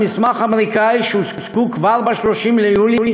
מסמך אמריקני שהושגו כבר ב-30 ליולי,